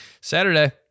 Saturday